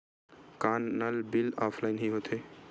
का नल bill offline हि होथे?